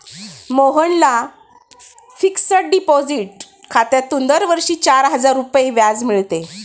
मोहनला fixed deposit खात्यातून दरवर्षी चार हजार रुपये व्याज मिळते